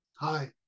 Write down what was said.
Hi